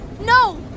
No